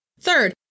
Third